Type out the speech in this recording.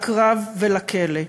לקרב ולכלא.